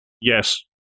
Yes